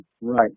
right